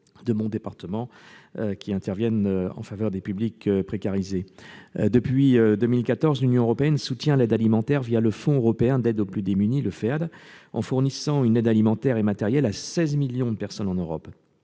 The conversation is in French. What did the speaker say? de mon département intervenant en faveur des publics précarisés. Depuis 2014, l'Union européenne soutient l'aide alimentaire au moyen de ce Fonds européen d'aide aux plus démunis. En fournissant une aide alimentaire et matérielle à 16 millions de personnes en Europe,